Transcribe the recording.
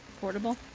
portable